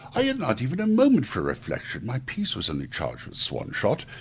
i had not even a moment for reflection my piece was only charged with swan-shot,